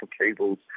cables